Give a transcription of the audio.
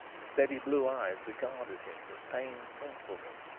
the steady blue eyes regarded him with pained thoughtfulness.